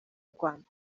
rwanda